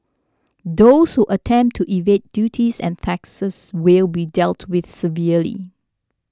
those who attempt to evade duties and taxes will be dealt with severely